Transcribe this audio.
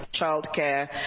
childcare